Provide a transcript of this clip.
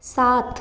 सात